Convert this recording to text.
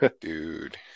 dude